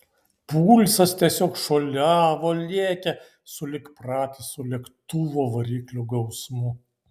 pulsas tiesiog šuoliavo lėkė sulig pratisu lėktuvo variklių gausmu